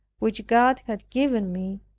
which god had given me,